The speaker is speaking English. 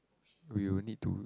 we will need to